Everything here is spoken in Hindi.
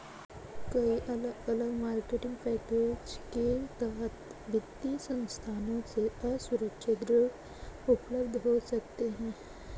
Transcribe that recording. कई अलग अलग मार्केटिंग पैकेज के तहत वित्तीय संस्थानों से असुरक्षित ऋण उपलब्ध हो सकते हैं